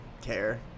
care